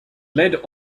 led